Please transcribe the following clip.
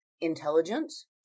intelligence